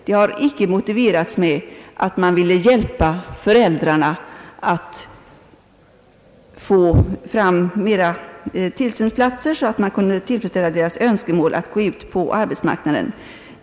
Det har inte heller som motiv anförts att man vill hjälpa föräldrarna att få fram fler tillsynsplatser så att deras önskemål att gå ut på arbetsmarknaden kunde tillgodoses.